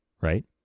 right